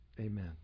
Amen